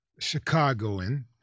Chicagoan